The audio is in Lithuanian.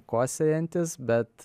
kosėjantys bet